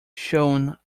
shone